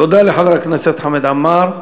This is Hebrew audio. תודה לחבר הכנסת חמד עמאר.